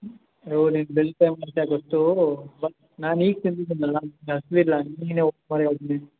ಹೋ ನೀನು bill save ಮಾಡ್ತೀಯಾ ಗೊತ್ತು ಬಟ್ ನಾನು ಈಗ ತಿಂದಿದ್ದೀನಲ್ಲ ನಂಗೆ ಹಸಿವಿಲ್ಲ ನೀನೇ ಹೋಗು ಒಬ್ಬನೇ